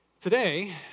Today